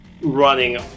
running